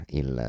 il